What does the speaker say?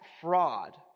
fraud